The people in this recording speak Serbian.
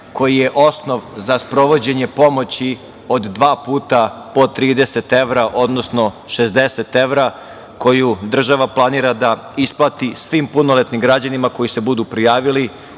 koji je osnov za sprovođenje pomoći od dva puta po 30 evra, odnosno 60 evra, koji država planira da isplati svim punoletnim građanima koji se budu prijavili